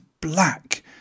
black